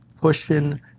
pushing